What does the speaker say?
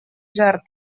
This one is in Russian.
жертв